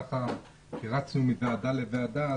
כי רצנו מוועדה לוועדה.